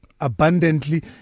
abundantly